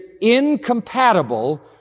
incompatible